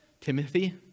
Timothy